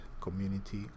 community